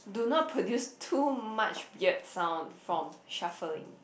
do not produce too much weird sound from shuffling